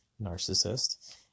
narcissist